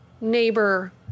neighbor